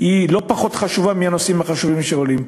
אינה פחות חשובה מהנושאים החשובים שעולים פה.